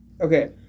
Okay